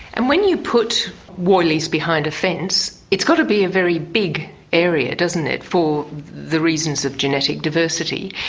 and when you put woylies behind a fence, it's got to be a very big area, doesn't it, for the reasons of genetic diversity.